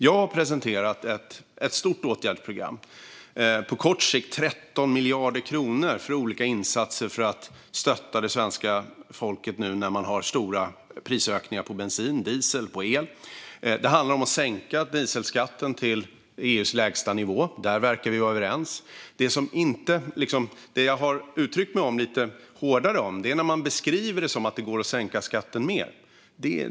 Jag har presenterat ett stort åtgärdsprogram, på kort sikt 13 miljarder kronor för olika insatser för att stötta det svenska folket nu när det är stora prisökningar på bensin, diesel och el. Det handlar om att sänka dieselskatten till EU:s lägsta nivå. Där verkar vi vara överens. Det jag har uttryckt mig lite hårdare om är när man beskriver det som att det går att sänka skatten mer.